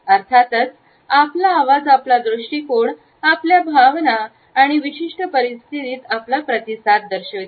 अर्थातच आपला आवाज आपला दृष्टीकोण आपल्या भावना आणि विशिष्ट परिस्थितीत आपला प्रतिसाद दर्शविते